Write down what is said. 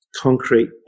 concrete